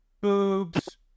boobs